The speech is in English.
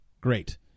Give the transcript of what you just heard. great